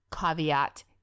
caveat